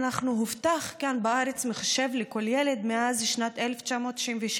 הובטח כאן בארץ מחשב לכל ילד מאז שנת 1996,